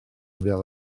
fel